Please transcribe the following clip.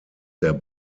der